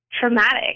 traumatic